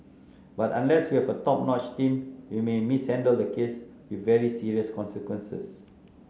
but unless we have a top notch team we may mishandle the case with very serious consequences